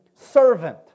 servant